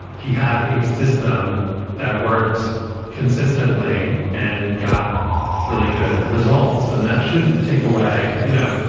he had a system that worked consistently and got really good results and that shouldn't take away, you know,